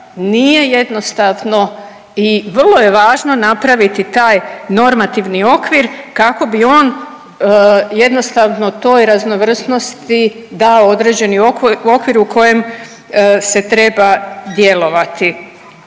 Nije jednostavno i vrlo je važno napraviti taj normativni okvir kako bi on jednostavno toj raznovrsnosti dao određeni okvir u kojem se treba djelovati.